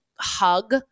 hug